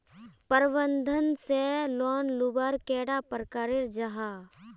प्रबंधन से लोन लुबार कैडा प्रकारेर जाहा?